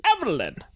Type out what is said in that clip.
Evelyn